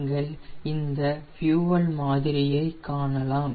நீங்கள் இந்த ஃபியூயெல் மாதிரியை காணலாம்